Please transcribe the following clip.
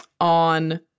on